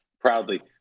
proudly